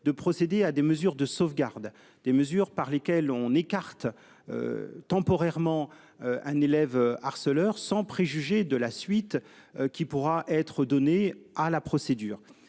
de procéder à des mesures de sauvegarde des mesures par lesquelles on écarte. Temporairement. Un élève harceleur sans préjuger de la suite qui pourra être donnée à la procédure